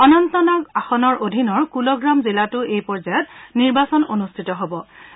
অনন্তনাগ আসনৰ অধীনৰ কুলগ্ৰাম জিলাতো এই পৰ্যায়ত নিৰ্বাচন অনুষ্ঠিত হ'ব